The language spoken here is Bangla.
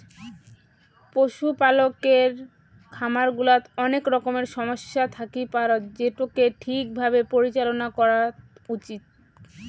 পশুপালকের খামার গুলাত অনেক রকমের সমস্যা থাকি পারত যেটোকে ঠিক ভাবে পরিচালনা করাত উচিত